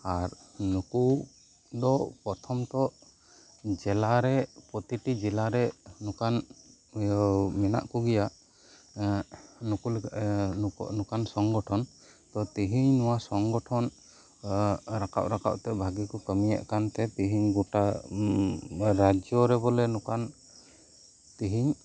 ᱟᱨ ᱱᱩᱠᱩ ᱫᱚ ᱯᱚᱨᱛᱷᱚᱢ ᱛᱚ ᱡᱮᱞᱟᱨᱮ ᱯᱨᱚᱛᱤᱴᱤ ᱡᱮᱞᱟᱨᱮ ᱱᱚᱝᱠᱟᱱ ᱤᱭᱟᱹ ᱢᱮᱱᱟᱜ ᱠᱚ ᱜᱮᱭᱟ ᱱᱚᱠᱟᱱ ᱥᱚᱝᱜᱚᱴᱷᱚᱱ ᱛᱚ ᱛᱮᱹᱦᱮᱹᱧ ᱱᱚᱶᱟ ᱥᱚᱝᱜᱚᱴᱷᱚᱱ ᱨᱟᱠᱟᱵ ᱨᱟᱠᱟᱵ ᱛᱮ ᱵᱷᱟᱜᱮᱹᱠᱚ ᱠᱟᱹᱢᱤᱭᱮᱫ ᱠᱟᱱᱛᱮ ᱛᱮᱹᱦᱮᱹᱧ ᱜᱚᱴᱟ ᱨᱟᱡᱽᱡᱚᱨᱮ ᱵᱚᱞᱮ ᱱᱚᱝᱠᱟᱱ ᱛᱮᱹᱦᱮᱹᱧ